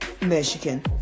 Michigan